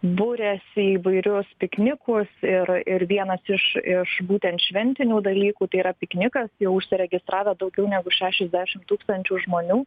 buriasi į įvairius piknikus ir ir vienas iš iš būtent šventinių dalykų tai yra piknikas jau užsiregistravę daugiau negu šešiasdešimt tūkstančių žmonių